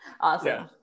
Awesome